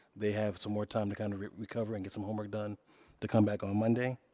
they have some more time to kind of recover and get some homework done to come back on monday.